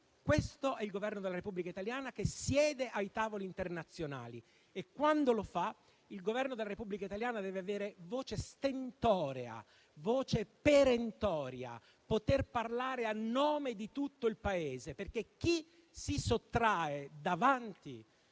questo è il Governo della Repubblica italiana che siede ai tavoli internazionali e, quando lo fa, il Governo della Repubblica italiana deve avere voce stentorea e perentoria, deve poter parlare a nome di tutto il Paese. Chi si sottrae davanti